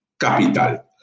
capital